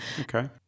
Okay